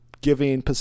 giving